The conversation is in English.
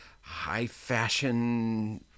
high-fashion